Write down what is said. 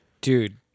dude